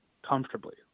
comfortably